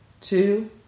two